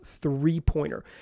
three-pointer